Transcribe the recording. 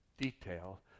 detail